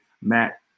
Matt